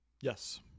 yes